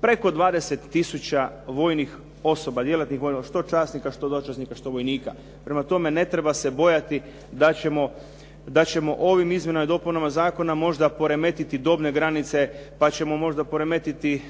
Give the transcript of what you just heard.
preko 20 tisuća djelatnih vojnih osoba što časnika, što dočasnika, što vojnika. Prema tome, ne treba se bojati da ćemo ovim izmjenama i dopunama zakona možda poremetiti dobne granice, pa ćemo možda poremetiti